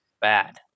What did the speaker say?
bad